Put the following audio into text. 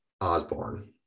Osborne